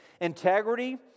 Integrity